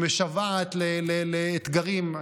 שמשוועת לאתגרים,